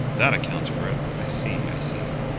that accounts for it. i see, i see.